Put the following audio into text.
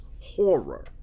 horror